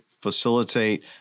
facilitate